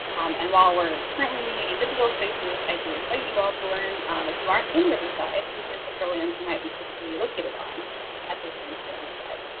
and while we're currently meeting a digital spaces. i do invite you all to learn if you aren't in riverside, whose ancestral lands, you might be physically located on at this thing here on the slide.